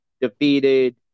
defeated